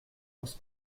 aus